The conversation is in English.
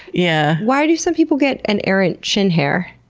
yeah. why do some people get an errant chin hair?